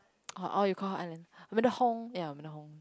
oh oh you call her madam Hong ya madam Hong